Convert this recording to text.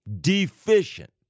deficient